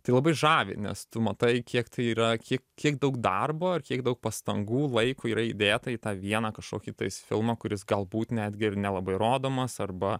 tai labai žavi nes tu matai kiek tai yra kiek kiek daug darbo ir kiek daug pastangų laiko yra įdėta į tą vieną kažkokį filmą kuris galbūt netgi ir nelabai rodomas arba